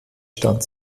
stand